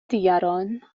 دیگران